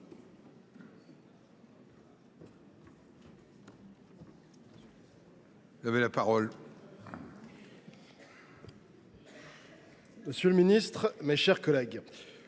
monsieur le ministre, mes chers collègues,